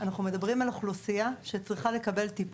חשוב לי להמשיך את הדברים.